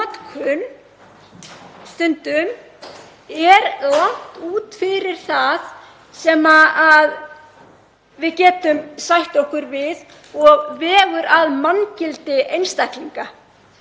fer stundum langt út fyrir það sem við getum sætt okkur við og vegur að manngildi einstaklinga.